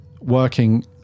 working